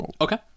Okay